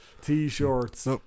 t-shirts